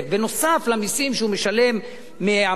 נוסף על מסים שהוא משלם מעמלו